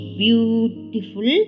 beautiful